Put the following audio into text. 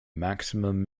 maximum